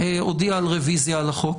אודיע על רביזיה על החוק.